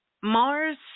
Mars